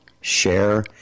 share